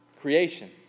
Creation